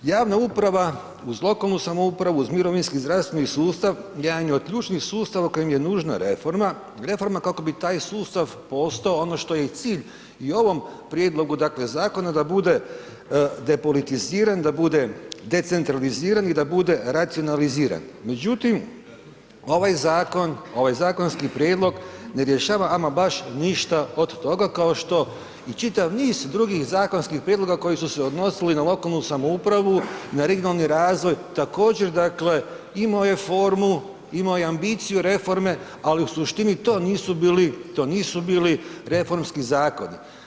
Javna uprava uz lokalnu samoupravu, uz mirovinski i zdravstveni sustav, jedan je od ključnih sustava kojem je nužna reforma, reforma kako bi taj sustav postao ono što je i cilj i ovom prijedlogu dakle zakona da bude depolitiziran, da bude decentraliziran i da bude racionaliziran međutim ovaj zakonski prijedlog ne rješava ama baš ništa toga kao što i čitav niz drugih zakonskih prijedloga koji su se odnosili na lokalnu samoupravu, na regionalni razvoj, također imao je formu, imao je ambiciju reforme ali u suštini to nisu bili reformski zakoni.